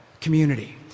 community